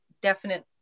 definite